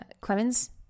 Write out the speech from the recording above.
Clemens